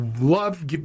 love